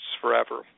forever